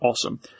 Awesome